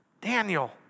Daniel